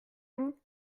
vous